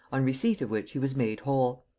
on receipt of which he was made whole.